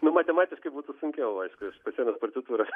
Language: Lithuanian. nu matematiškai būtų sunkiau aišku pasiėmus partitūras